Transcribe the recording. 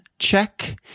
Check